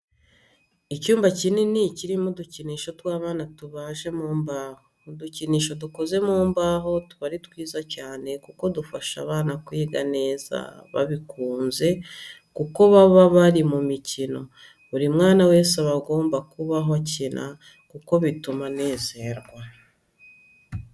Icyumba kinini kirimo udukinisho tw'abana tubaje mu mbaho. Udukinisho dukoze mu mbaho tuba ari twiza cyane kuko dufasha abana kwiga neza babikunze, kuko baba bari mu mikino. Buri mwana wese aba agomba kubaho akina, kuko bituma anezerwa.